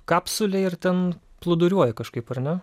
kapsulėj ir ten plūduriuoji kažkaip ar ne